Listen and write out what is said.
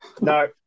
No